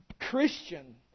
Christian